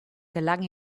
gelang